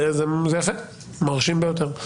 זה יפה, מרשים ביותר.